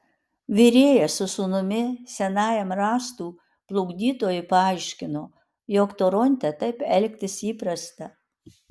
virėjas su sūnumi senajam rąstų plukdytojui paaiškino jog toronte taip elgtis įprasta